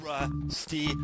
Rusty